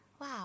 Wow